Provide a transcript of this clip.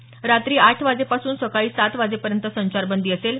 आता रात्री आठ वाजेपासून सकाळी सात वाजेपर्यंत संचारबंदी असेल